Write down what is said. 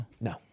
No